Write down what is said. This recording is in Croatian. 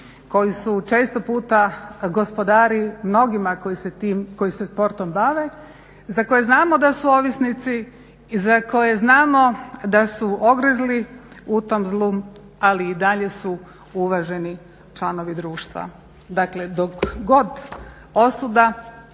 koji su često puta gospodari mnogima koji se sportom bave, za koje znamo da su ovisnici i za koje znamo da su ogrizli u tom zlu ali i dalje su uvaženi članovi društva. Dakle, dok god osuda